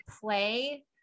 play